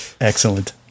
excellent